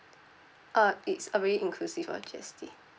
uh it's already inclusive of G_S_T